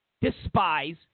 despise